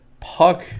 puck